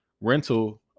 rental